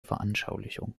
veranschaulichung